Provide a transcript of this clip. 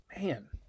Man